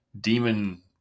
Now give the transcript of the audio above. demon